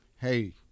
hey